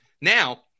now